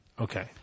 Okay